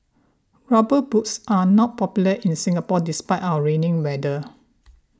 rubber boots are not popular in Singapore despite our rainy weather